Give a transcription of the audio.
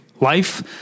life